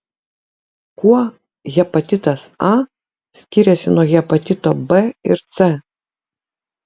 kuo hepatitas a skiriasi nuo hepatito b ir c